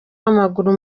w’amaguru